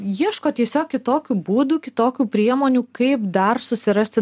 ieško tiesiog kitokių būdų kitokių priemonių kaip dar susirasti